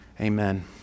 Amen